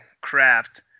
craft